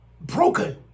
broken